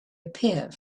appear